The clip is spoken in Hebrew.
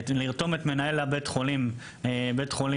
לרתום את מנהל בית החולים באשקלון,